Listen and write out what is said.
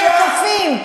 אתם כופים.